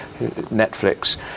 Netflix